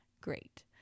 Great